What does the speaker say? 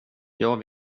jag